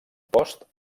post